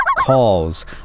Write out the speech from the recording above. calls